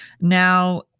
now